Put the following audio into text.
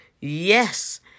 Yes